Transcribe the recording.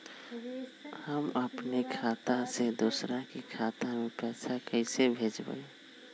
हम अपने खाता से दोसर के खाता में पैसा कइसे भेजबै?